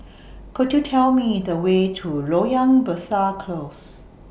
Could YOU Tell Me The Way to Loyang Besar Close